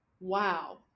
wow